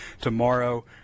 tomorrow